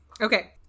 Okay